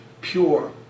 pure